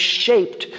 shaped